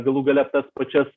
galų gale tas pačias